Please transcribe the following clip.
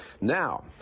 Now